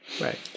Right